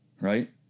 Right